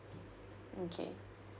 okay